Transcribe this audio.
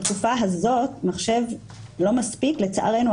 בתקופה הזאת של הקורונה מחשב אחד זה גם לא מספיק לצערנו,